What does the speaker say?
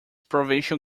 provincial